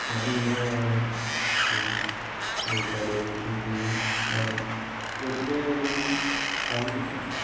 ഞാൻ ഇങ്ങനെ മീൻസ് എന്താന്നുവച്ചാല് ഞാന് വെറുതെയൊന്നും കളഞ്ഞില്ല